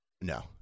no